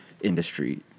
industry